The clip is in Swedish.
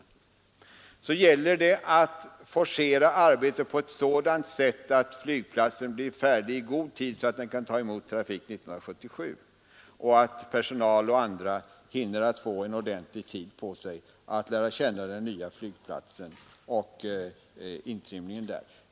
I vilket fall som helst gäller det att forcera arbetet så mycket att flygplatsen blir färdig i så god tid att man kan ta emot flygtrafiken 1977 samt att personalen får tillräckligt med tid på sig för att lära känna den nya flygplatsen och trimma in sig där.